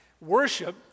worship